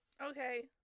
Okay